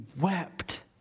wept